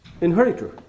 inheritor